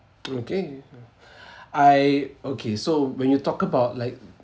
okay I okay so when you talk about like